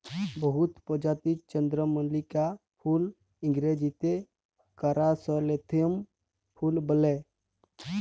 বহুত পরজাতির চল্দ্রমল্লিকা ফুলকে ইংরাজিতে কারাসলেথেমুম ফুল ব্যলে